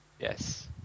Yes